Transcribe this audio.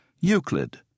Euclid